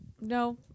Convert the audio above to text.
No